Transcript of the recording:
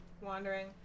wandering